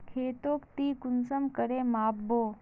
खेतोक ती कुंसम करे माप बो?